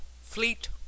fleet